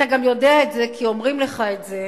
אתה גם יודע את זה כי אומרים לך את זה,